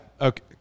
Okay